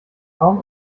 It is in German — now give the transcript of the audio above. kaum